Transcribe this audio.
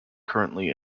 currently